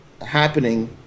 happening